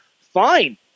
fine